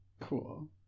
Cool